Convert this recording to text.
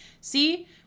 See